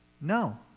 No